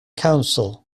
council